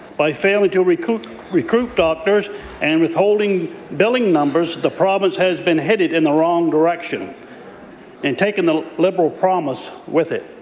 by failing to recruit recruit doctors and withholding billing numbers, the province has been headed in the wrong direction and taking the liberal promise with it.